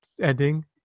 ending